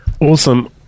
awesome